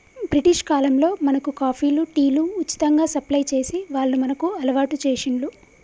British కాలంలో మనకు కాఫీలు, టీలు ఉచితంగా సప్లై చేసి వాళ్లు మనకు అలవాటు చేశిండ్లు